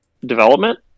development